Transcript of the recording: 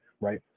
right